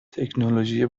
تکنولوژی